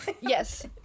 Yes